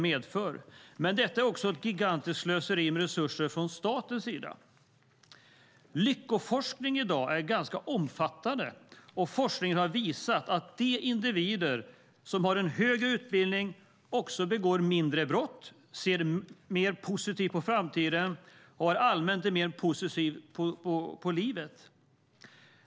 Men det är också ett gigantiskt slöseri med resurser från staten sida. Lyckoforskningen är i dag ganska omfattande. Forskningen har visat att de individer som har en högre utbildning också begår färre brott, ser mer positivt på framtiden och allmänt har en mer positiv syn på livet.